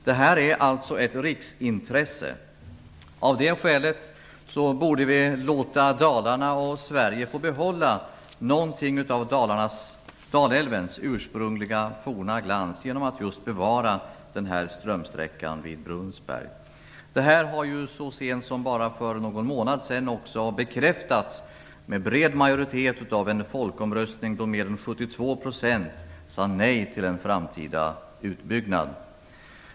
Detta är ett riksintresse. Av det skälet borde vi låta Dalarna och därigenom hela Sverige få behålla något av Dalälvens ursprungliga forna glans genom att just bevara strömsträckan vid Brunnsberg. Så sent som för bara någon månad sedan har detta också bekräftats av en bred majoritet i en folkomröstning då mer än 72 % sade nej till en framtida utbyggnad.